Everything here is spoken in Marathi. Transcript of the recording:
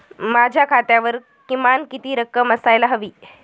माझ्या खात्यावर किमान किती रक्कम असायला हवी?